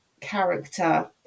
character